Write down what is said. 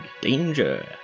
danger